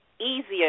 Easier